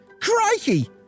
Crikey